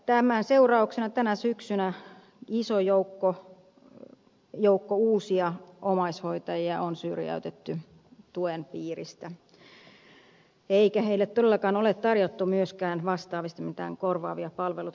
tämän seurauksena tänä syksynä iso joukko uusia omaishoitajia on syrjäytetty tuen piiristä eikä heille todellakaan ole tarjottu myöskään vastaavasti mitään korvaavia palveluita